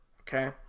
okay